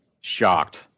shocked